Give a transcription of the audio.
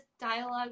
dialogue